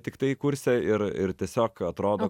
tiktai kurse ir ir tiesiog atrodo